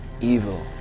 evil